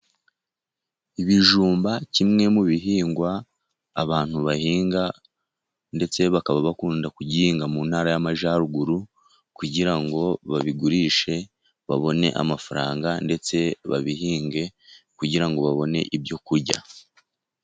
Ibijumba kimwe mu bihingwa abantu bahinga ndetse bakaba bakunda kugihinga mu ntara y'Amajyaruguru kugira ngo babigurishe babone amafaranga ndetse babihinge kugira ngo babone ibyo kurya.